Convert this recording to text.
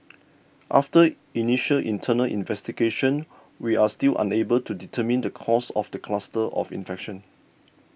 after initial internal investigation we are still unable to determine the cause of the cluster of infection